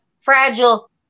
Fragile